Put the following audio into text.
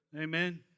Amen